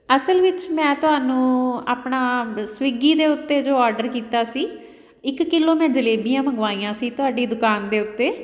ਅਸਲ ਵਿੱਚ ਮੈਂ ਤੁਹਾਨੂੰ ਆਪਣਾ ਸਵਿੱਗੀ ਦੇ ਉੱਤੇ ਜੋ ਔਡਰ ਕੀਤਾ ਸੀ ਇੱਕ ਕਿੱਲੋ ਮੈਂ ਜਲੇਬੀਆਂ ਮੰਗਵਾਈਆਂ ਸੀ ਤੁਹਾਡੀ ਦੁਕਾਨ ਦੇ ਉੱਤੇ